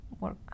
work